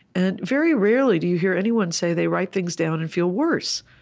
and very rarely do you hear anyone say they write things down and feel worse.